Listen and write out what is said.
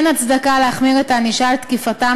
אין הצדקה להחמיר את הענישה על תקיפתם